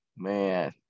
Man